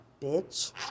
bitch